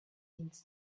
needs